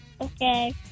Okay